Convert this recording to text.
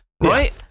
right